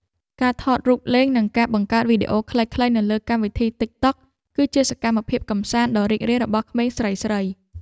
ការថតរូបលេងនិងការបង្កើតវីដេអូខ្លីៗនៅលើកម្មវិធីទិកតុកគឺជាសកម្មភាពកម្សាន្តដ៏រីករាយរបស់ក្មេងស្រីៗ។